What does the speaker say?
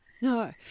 No